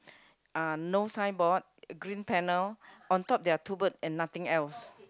uh no signboard green panel on top there are two bird and nothing else